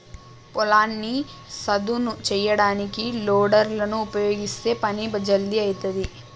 పొలాన్ని సదును చేయడానికి లోడర్ లను ఉపయీగిస్తే పని జల్దీ అయితది